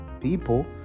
people